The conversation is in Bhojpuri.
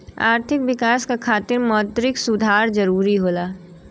आर्थिक विकास क खातिर मौद्रिक सुधार जरुरी होला